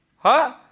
huh?